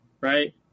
right